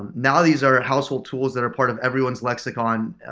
now these are household tools that are part of everyone's lexicon,